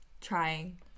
trying